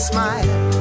Smile